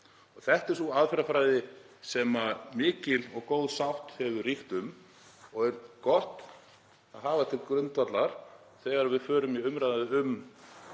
Þetta er sú aðferðafræði sem mikil og góð sátt hefur ríkt um og er gott að hafa til grundvallar þegar við förum í umræðu um